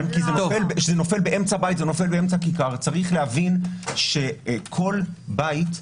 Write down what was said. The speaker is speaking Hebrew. כשזה נופל באמצע בית או אמצע כיכר צריך להבין שכל בית,